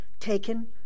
taken